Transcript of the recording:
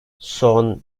son